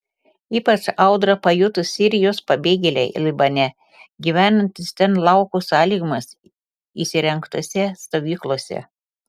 ypač audrą pajuto sirijos pabėgėliai libane gyvenantys ten lauko sąlygomis įsirengtose stovyklose